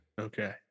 Okay